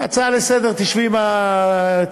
מה זה